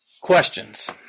Questions